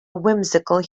whimsical